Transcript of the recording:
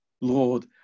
Lord